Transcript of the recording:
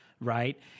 Right